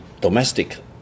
domestic